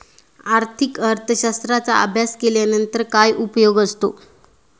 आर्थिक अर्थशास्त्राचा अभ्यास केल्यानंतर काय उपयोग असतो?